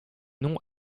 nom